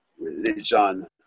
religion